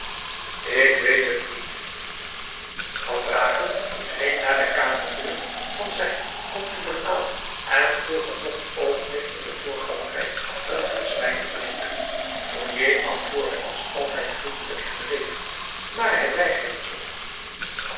ik weet het niet van brakel ging naar de kamerdeur van zijn contubernaal en vroeg hem nog een oogenblik in de voorgalerij een glas wijn te drinken fournier antwoordde als altijd vriendelijk en beleefd maar hij weigerde